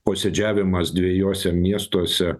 posėdžiavimas dviejuose miestuose